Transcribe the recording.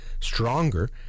stronger